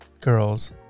girls